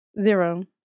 Zero